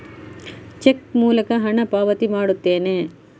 check ಮೂಲಕ ಹಣ ಪಾವತಿ ಮಾಡುತ್ತೇನೆ